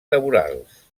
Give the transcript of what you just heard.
laborals